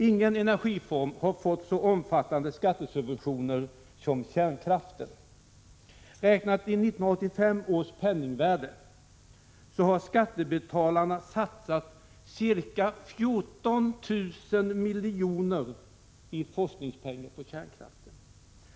Ingen energiform har fått så omfattande skattesubventioner som kärnkraften. Räknat i 1985 års penningvärde har skattebetalarna satsat ca 14 000 milj.kr. i forskningspengar på kärnkraften.